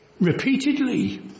repeatedly